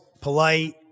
polite